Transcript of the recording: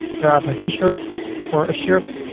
here i have my t-shirts or a shirt.